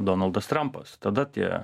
donaldas trampas tada tie